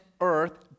earth